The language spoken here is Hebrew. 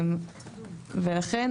לכן,